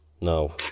No